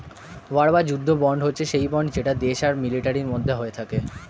war বা যুদ্ধ bond হচ্ছে সেই বন্ড যেটা দেশ আর মিলিটারির মধ্যে হয়ে থাকে